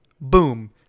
boom